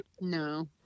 No